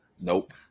Nope